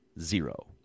zero